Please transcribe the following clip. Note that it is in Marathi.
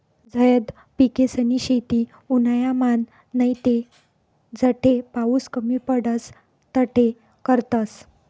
झैद पिकेसनी शेती उन्हायामान नैते जठे पाऊस कमी पडस तठे करतस